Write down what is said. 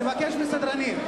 אני מבקש מהסדרנים,